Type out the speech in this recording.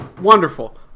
Wonderful